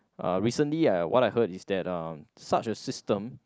uh recently I what I heard is that uh such a system